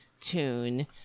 tune